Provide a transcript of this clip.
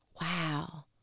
wow